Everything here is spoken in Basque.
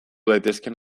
daitezkeen